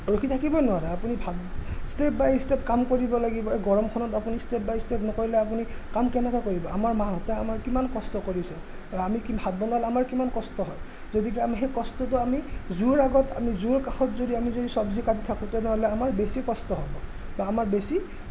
ৰখি থাকিবই নোৱাৰে আপুনি ভাত ষ্টেপ বাই ষ্টেপ কাম কৰিব লাগিব এই গৰমখনত আপুনি ষ্টেপ বাই ষ্টেপ নকৰিলে আপুনি কাম কেনেকে কৰিব আমাৰ মাহঁতে আমাৰ কিমান কষ্ট কৰিছে আমি ভাত বনালে আমাৰ কিমান কষ্ট হয় গতিকে আমি সেই কষ্টটো আমি জুইৰ আগত আমি জুইৰ কাষত যদি আমি যদি চব্জি কাটি থাকোঁতে নহ'লে আমাৰ বেছি কষ্ট হ'ব বা আমাৰ বেছি